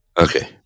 Okay